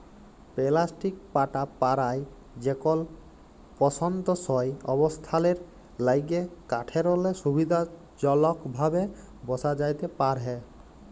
plastic পাটা পারায় যেকল পসন্দসই অবস্থালের ল্যাইগে কাঠেরলে সুবিধাজলকভাবে বসা যাতে পারহে